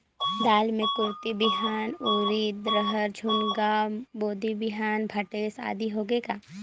दाल मे कुरथी बिहान, उरीद, रहर, झुनगा, बोदी बिहान भटेस आदि होगे का?